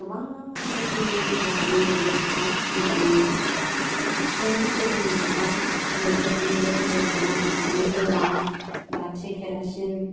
गोबां रोखोमनि बुंस'हायै मोब्लिब जुगाव सुबिदा मोनबाय किन्तु गोदोनि जुगाव मोब्लिबनिबो गोहो गैया मानो होनोब्ला बाथि केरासिन